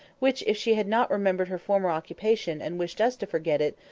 which, if she had not remembered her former occupation, and wished us to forget it,